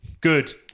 Good